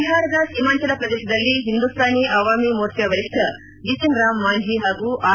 ಬಿಹಾರದ ಸೀಮಾಂಚಲ ಪ್ರದೇಶದಲ್ಲಿ ಹಿಂದೂಸ್ಥಾನಿ ಅವಾಮಿ ಮೋರ್ಚಾ ವರಿಷ್ಠ ಜಿತಿನ್ ರಾಮ್ ಮಾಂಝಿ ಹಾಗೂ ಆರ್